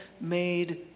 made